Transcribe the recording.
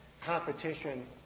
competition